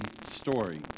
story